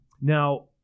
now